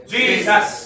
Jesus